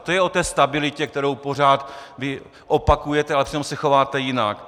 To je o té stabilitě, kterou pořád vy opakujete, a přitom se chováte jinak.